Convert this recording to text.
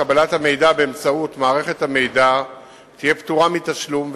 קבלת המידע באמצעות מערכת המידע תהיה פטורה מתשלום,